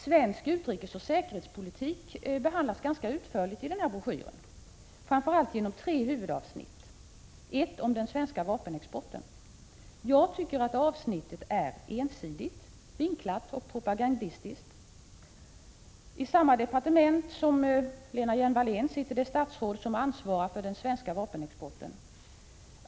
Svensk utrikesoch säkerhetspolitik behandlas ganska utförligt i denna broschyr, framför allt i tre huvudavsnitt. Ett av dem handlar om den svenska vapenexporten. Jag tycker att avsnittet är ensidigt vinklat och propagandistiskt. I samma departement som Lena Hjelm-Wallén sitter det statsråd som ansvarar för den svenska vapenexporten.